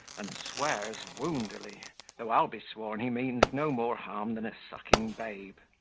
and swears woundily though i'll be sworn he means no more harm than a sucking babe.